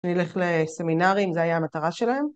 אני אלך לסמינרים, זה היה המטרה שלהם.